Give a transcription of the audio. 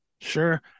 Sure